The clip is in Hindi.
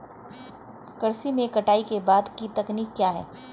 कृषि में कटाई के बाद की तकनीक क्या है?